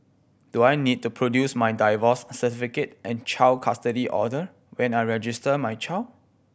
do I need to produce my divorce certificate and child custody order when I register my child